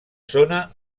zona